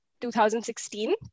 2016